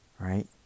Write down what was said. Right